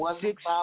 six